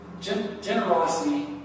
Generosity